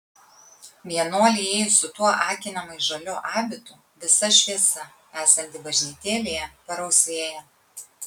vienuolei įėjus su tuo akinamai žaliu abitu visa šviesa esanti bažnytėlėje parausvėja